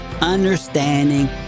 understanding